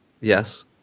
Yes